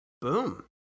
Boom